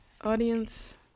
audience